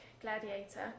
Gladiator